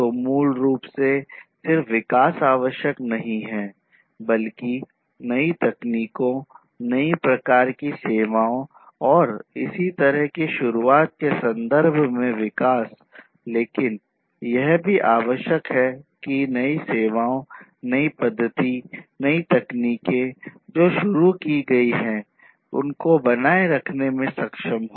तो मूल रूप से सिर्फ विकास आवश्यक नहीं है बल्कि नई तकनीकों नई प्रकार की सेवाओं और इसी तरह की शुरूआत के संदर्भ में विकास लेकिन यह भी आवश्यक है कि नई सेवाओं नई पद्धति नई तकनीकें जो शुरू की गई हैं को बनाए रखने में सक्षम हो